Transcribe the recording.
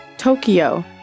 Tokyo